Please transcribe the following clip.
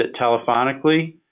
telephonically